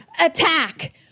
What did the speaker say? Attack